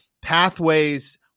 pathways